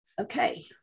okay